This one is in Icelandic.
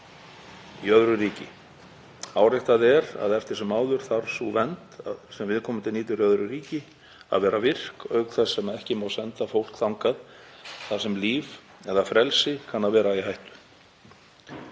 í öðru ríki. Áréttað er að eftir sem áður þarf sú vernd sem viðkomandi nýtur í öðru ríki að vera virk, auk þess sem ekki má senda fólk þangað þar sem líf eða frelsi kann að vera í hættu.